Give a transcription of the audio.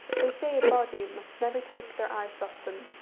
they say a body must never take their eyes off them,